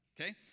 Okay